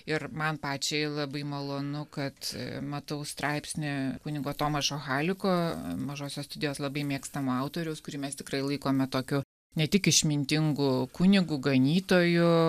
ir man pačiai labai malonu kad matau straipsnį kunigo tomašo haliko mažosios studijos labai mėgstamo autoriaus kurį mes tikrai laikome tokiu ne tik išmintingu kunigu ganytoju